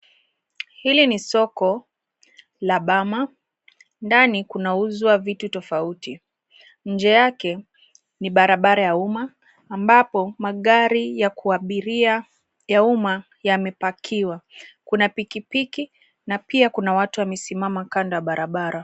Hili ni soko la Bama. Ndani kunauzwa vitu tofauti. Nje yake ni barabara ya umma ambapo magari ya kuabiria ya umma yamepakiwa. Kuna pikipiki na pia kuna watu wamesimama kando ya barabara.